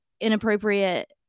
inappropriate